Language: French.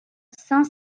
saint